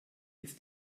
ist